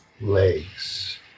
legs